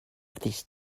these